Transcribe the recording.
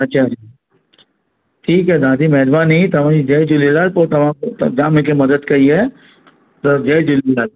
अच्छा ठीकु आहे दादी महिरबानी तव्हांजी जय झूलेलाल पोइ तव्हां जाम मूंखे मदद कई आहे त जय झूलेलाल